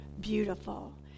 beautiful